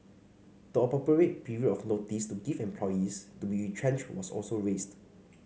the appropriate period of notice to give employees to be retrenched was also raised